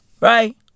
Right